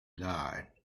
die